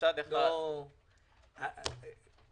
זה לא יעזור.